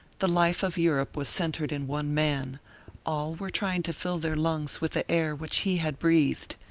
the life of europe was centered in one man all were trying to fill their lungs with the air which he had breathed.